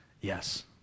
yes